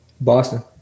Boston